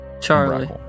Charlie